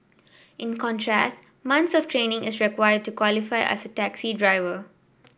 in contrast months of training is required to qualify as a taxi driver